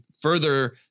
further